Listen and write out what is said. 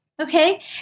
Okay